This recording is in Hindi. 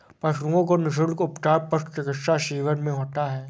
पशुओं का निःशुल्क उपचार पशु चिकित्सा शिविर में होता है